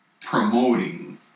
promoting